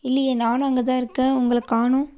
இல்லையே நானும் அங்கே தான் இருக்கேன் உங்களை காணும்